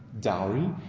dowry